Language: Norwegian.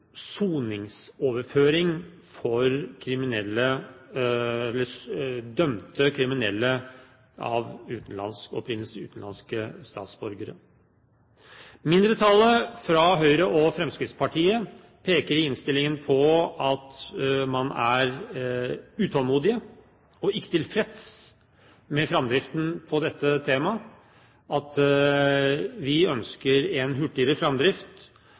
soningsoverføring for dømte kriminelle av utenlandsk opprinnelse, utenlandske statsborgere. Mindretallet fra Høyre og Fremskrittspartiet peker i innstillingen på at man er utålmodig og ikke tilfreds med framdriften på dette temaet, og at vi ønsker en hurtigere framdrift,